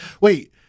Wait